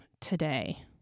today